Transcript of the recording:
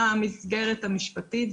מה המסגרת המשפטית,